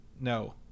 No